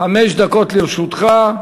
חמש דקות לרשותך.